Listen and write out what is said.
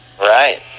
Right